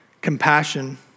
compassion